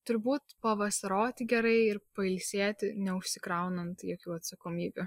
turbūt pavasaroti gerai ir pailsėti neužsikraunant jokių atsakomybių